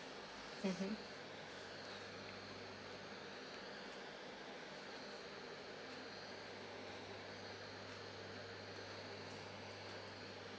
mmhmm